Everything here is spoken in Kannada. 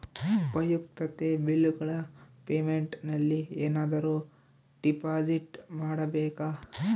ಉಪಯುಕ್ತತೆ ಬಿಲ್ಲುಗಳ ಪೇಮೆಂಟ್ ನಲ್ಲಿ ಏನಾದರೂ ಡಿಪಾಸಿಟ್ ಮಾಡಬೇಕಾ?